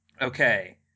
Okay